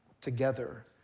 together